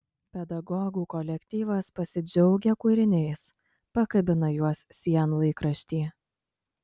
pedagogų kolektyvas pasidžiaugia kūriniais pakabina juos sienlaikrašty